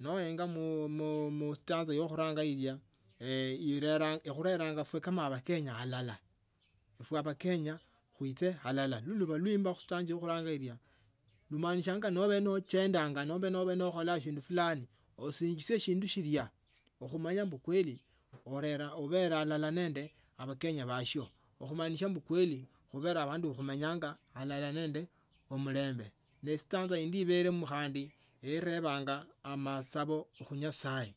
noenga mstanza ya khunanga ilya ilera ikhuleranga ifwe kama abakenya abulala ifwe abakenya kuiche alala nduimba khu stanza ya khuranga khuiluya lumaanishanga nobele nochendanga nomba nobele nokhola shindu fulani osinjisie shindu shilia okhumanya mbu kweli ubele alala ne abakenya basio khumaanisha mbu kweli khubele abandu bo khumenyanga alala nende omulembe ne estanza indi ibelemo khandi ikebana amasabo khunyasaye